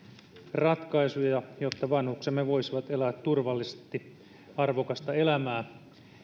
ratkaisuja jotta vanhuksemme voisivat elää turvallisesti arvokasta elämää